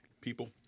people